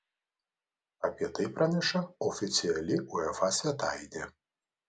apie tai praneša oficiali uefa svetainė